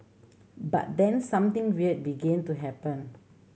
but then something weird began to happen